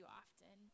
often